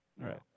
right